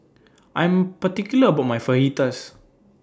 I Am particular about My Fajitas